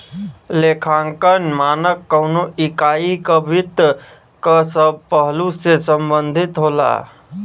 लेखांकन मानक कउनो इकाई क वित्त क सब पहलु से संबंधित होला